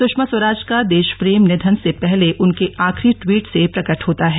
सुषमा स्वराज का देश प्रेम निधन से पहले उनके आखिरी द्वीट से प्रकट होता है